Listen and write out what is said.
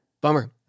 Bummer